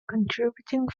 contributing